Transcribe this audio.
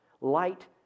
light